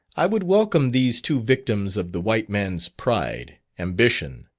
i would welcome these two victims of the white man's pride, ambition,